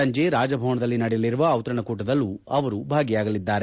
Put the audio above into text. ಸಂಜೆ ರಾಜಭವನದಲ್ಲಿ ನಡೆಯಲಿರುವ ಔತಣಕೂಟದಲ್ಲೂ ಅವರು ಭಾಗಿಯಾಗಲಿದ್ದಾರೆ